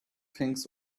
kings